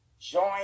Join